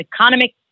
economic